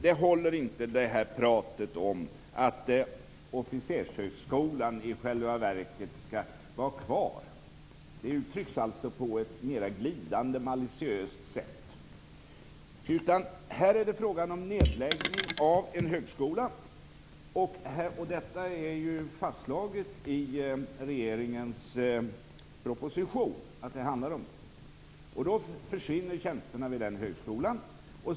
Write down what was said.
Nej, Christer Skoog, det här pratet om att officershögskolan i själva verket skall finnas kvar - även om det uttrycks på ett mer glidande och antydande sätt - håller inte. Här är det fråga om nedläggning av en högskola. Att det handlar om det är fastslaget i regeringens proposition. Då försvinner tjänsterna vid den högskolan.